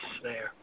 snare